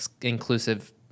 inclusive